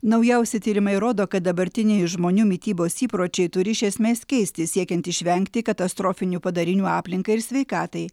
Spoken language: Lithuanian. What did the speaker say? naujausi tyrimai rodo kad dabartiniai žmonių mitybos įpročiai turi iš esmės keistis siekiant išvengti katastrofinių padarinių aplinkai ir sveikatai